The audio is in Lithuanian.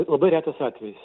labai retas atvejis